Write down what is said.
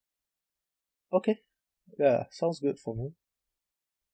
okay ya sounds good for me